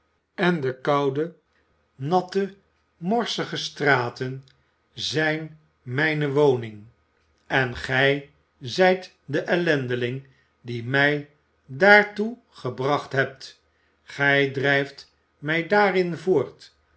en de koude natte morsige straten zijn mijne woning en gij zijt de ellendeling die mij daartoe gebracht hebt gij drijft mij daarin voort